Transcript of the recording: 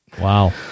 Wow